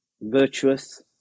virtuous